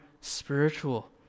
spiritual